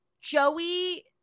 joey